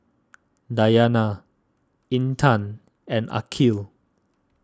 Dayana Intan and Aqil